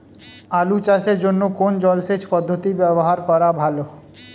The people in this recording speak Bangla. আলু চাষের জন্য কোন জলসেচ পদ্ধতি ব্যবহার করা ভালো?